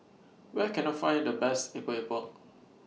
Where Can I Find The Best Epok Epok